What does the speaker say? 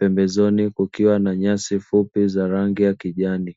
pembezoni kukiwa na nyasi fupi za rangi ya kijani.